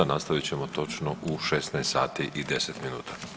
Nastavit ćemo točno u 16 sati i 10 minuta.